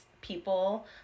people